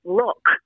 look